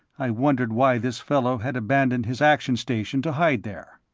i wondered why this fellow had abandoned his action station to hide there.